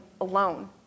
alone